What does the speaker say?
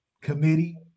committee